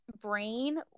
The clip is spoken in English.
brain